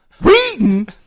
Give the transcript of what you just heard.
Reading